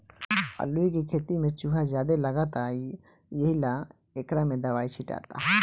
अलूइ के खेत में चूहा ज्यादे लगता एहिला एकरा में दवाई छीटाता